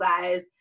guys